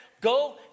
Go